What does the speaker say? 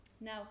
Now